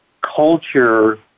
culture